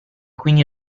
quindi